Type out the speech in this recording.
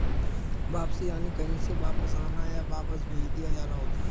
वापसी यानि कहीं से वापस आना, या वापस भेज दिया जाना होता है